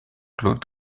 claude